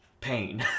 pain